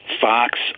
Fox